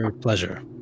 pleasure